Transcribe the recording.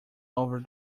over